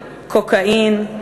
קוקאין,